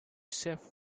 safe